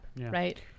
right